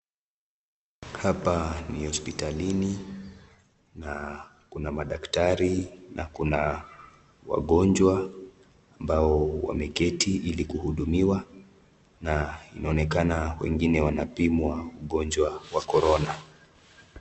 Hapa ni hospitalini na kuna madaktari, na kuna wagonjwa ambao wameketi ili kuhudumiwa na inaonekana wengine wanapimwa ugonjwa wa Corona.